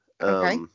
Okay